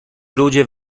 ludzie